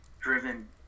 driven